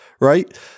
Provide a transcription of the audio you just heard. right